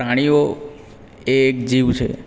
પ્રાણીઓ એ એક જીવ છે